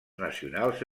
nacionals